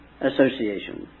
association